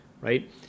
right